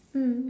mm